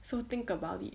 so think about it